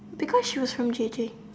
because she was from J J